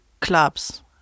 clubs